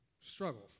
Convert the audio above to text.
Struggles